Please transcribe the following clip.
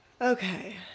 Okay